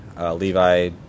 Levi